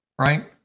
right